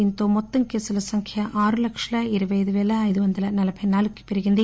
దీనితో మొత్తం కేసుల సంఖ్య ఆరు లక్షల ఇరవై అయిదు పేల ఐదు వందల నలబై నాలుగు కి పెరిగింది